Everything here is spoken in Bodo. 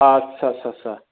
आच्चा आच्चा